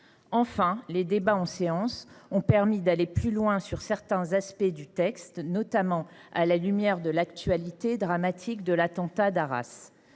Enfin, les débats en séance ont permis d’aller plus loin sur certains aspects du texte, notamment à la lumière de l’actualité dramatique de l’attentat d’Arras.